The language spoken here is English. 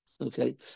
Okay